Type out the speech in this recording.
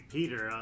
Peter